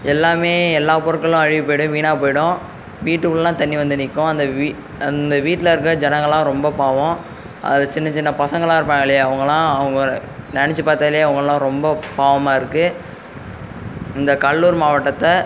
எல்லாமே எல்லா பொருட்களும் அழுகி போயிடும் வீணா போயிடும் வீட்டுக்குள்ளலாம் தண்ணி வந்து நிற்கும் அந்த வீட் அந்த வீட்டில் இருக்கற ஜனங்கலாம் ரொம்ப பாவம் அது சின்ன சின்ன பசங்கலாம் இருப்பாங்களே அவங்களாம் அவங்க நினச்சி பார்த்தாலே அவங்களாம் ரொம்ப பாவமாக இருக்குது இந்த கடலூர் மாவட்டத்தை